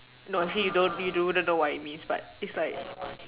no say you don't you do even know what it means but it's like